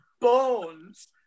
bones